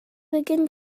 begin